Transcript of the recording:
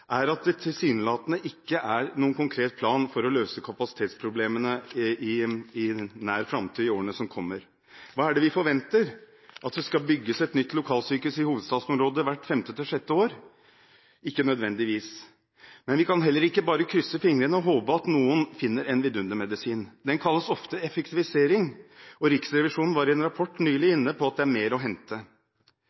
å løse kapasitetsproblemene i nær framtid og i årene som kommer. Hva er det vi forventer? At det skal bygges et nytt lokalsykehus i hovedstadsområdet hvert femte til sjette år? Ikke nødvendigvis. Men vi kan heller ikke bare krysse fingrene og håpe at noen finner en vidundermedisin. Den kalles ofte effektivisering, og Riksrevisjonen var i en rapport nylig inne på at det er mer å hente.